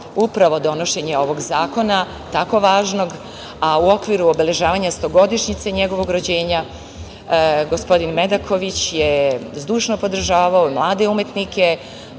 upravo donošenje ovog zakona, tako važnog, a u okviru obeležavanja stogodišnjice njegovog rođenja, gospodin Medaković je zdušno podržavao mlade umetnike.